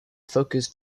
focused